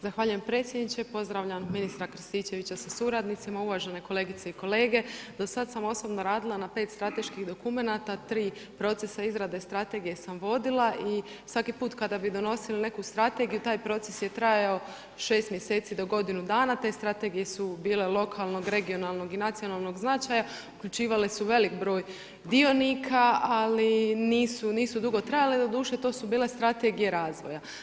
Zahvaljujem predsjedniče, pozdravljam ministra Krstičevića sa suradnicima, uvažene kolegice i kolege, do sada sam osobno radila na 5 strateških dokumenata, 3 procesa izrade strategije sam vodila i svaki put kada bi donosili neku strategiju, taj proces je trajao 6 mjeseci do godinu dana, te strategije su bile lokalnog, regionalnog i nacionalnog značaja, uključivale su velik broj dionika, ali nisu dugo trajale, doduše to su bile strategije razvoja.